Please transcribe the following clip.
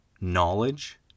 Knowledge